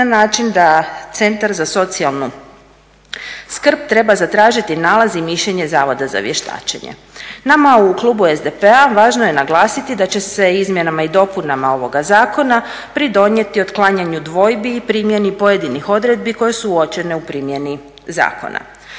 na način da centar za socijalnu skrb treba zatražiti nalaz i mišljenje Zavoda za vještačenje. Nama u klubu SDP-a važno je naglasiti da će se izmjenama i dopunama ovoga zakona pridonijeti otklanjanju dvojbi i primjeni pojedinih odredbi koje su uočene u primjeni zakona.